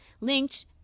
linked